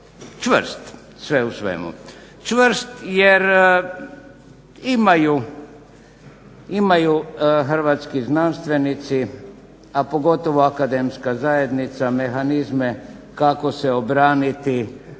čvrst sve u svemu. Čvrst jer imaju hrvatski znanstvenici, a pogotovo akademska zajednica mehanizme kako se obraniti